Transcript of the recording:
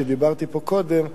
שדיברתי עליה פה קודם,